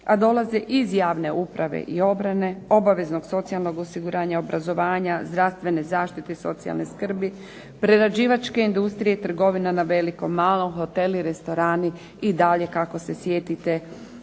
a dolaze iz javne uprave i obrane, obaveznog socijalnog osiguranja, obrazovanja, zdravstvene zaštite, socijalne skrbi, prerađivačke industrije, trgovina na veliko malo, hoteli, restorani i dalje kako se sjetite